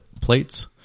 plates